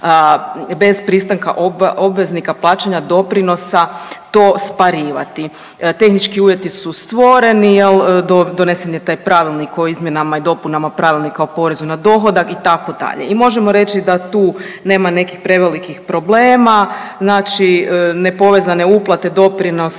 bez pristanka obveznika plaćanja doprinosa to sparivati. Tehnički uvjeti su stvoreni, donesen je taj Pravilnik o izmjenama i dopunama Pravilnika o poreznu na dohodak, itd. i možemo reći da tu nema nekih prevelikih problema, znači nepovezane uplate doprinosa